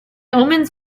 omens